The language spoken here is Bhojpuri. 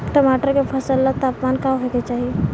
टमाटर के फसल ला तापमान का होखे के चाही?